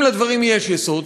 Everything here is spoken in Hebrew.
אם לדברים יש יסוד,